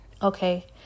Okay